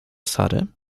sary